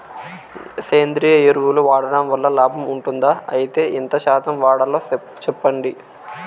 సేంద్రియ ఎరువులు వాడడం వల్ల లాభం ఉంటుందా? అయితే ఎంత శాతం వాడాలో చెప్పండి?